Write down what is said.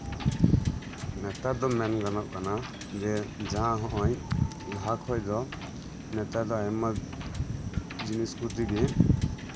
ᱱᱮᱛᱟᱨ ᱫᱚ ᱢᱮᱱ ᱜᱟᱱᱚᱜᱼᱟ ᱡᱟᱸᱦᱟ ᱱᱚᱜ ᱚᱭ ᱞᱟᱦᱟ ᱠᱷᱚᱡ ᱫᱚ ᱱᱮᱛᱟᱨ ᱫᱚ ᱟᱭᱢᱟ ᱡᱤᱱᱤᱥ ᱯᱟᱛᱤ ᱜᱮ